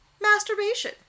Masturbation